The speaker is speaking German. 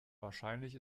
wahrscheinlich